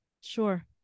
Sure